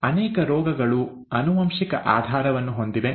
ಅನೇಕ ರೋಗಗಳು ಆನುವಂಶಿಕ ಆಧಾರವನ್ನು ಹೊಂದಿವೆ